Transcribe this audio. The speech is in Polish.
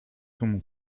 tłumu